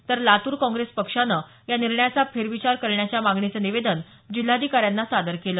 तर लातूर काँग्रेस पक्षानं निर्णयाचा फेरविचार करण्याच्या मागणीचं निवेदन जिल्हाधिकाऱ्यांना दिलं